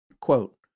quote